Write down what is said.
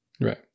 Right